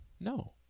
No